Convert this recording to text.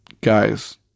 Guys